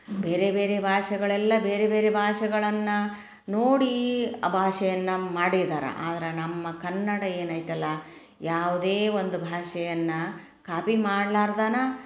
ಬೇರೆ ಬೇರೆ ಭಾಷೆಗಳೆಲ್ಲ ಬೇರೆ ಬೇರೆ ಭಾಷೆಗಳನ್ನು ನೋಡಿ ಆ ಭಾಷೆಯನ್ನು ಮಾಡಿದಾರೆ ಆದ್ರೆ ನಮ್ಮ ಕನ್ನಡ ಏನೈತಲ್ಲ ಯಾವುದೇ ಒಂದು ಭಾಷೆಯನ್ನು ಕಾಪಿ ಮಾಡಲಾರ್ದನ